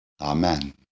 Amen